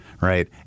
right